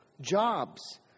jobs